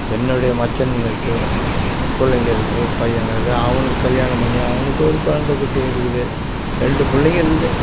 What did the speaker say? என்னுடைய மச்சினனுக்கு பிள்ளைங்க இருக்குது பையன் இருக்குது அவனுக்கு கல்யாணம் பண்ணி அவனுக்கும் ஒரு கொழந்தை குட்டி இருக்குது ரெண்டு பிள்ளைங்க இருக்குது